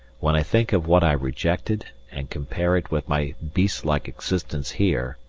when i think of what i rejected and compare it with my beast-like existence here,